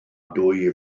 dwy